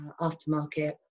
aftermarket